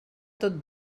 tot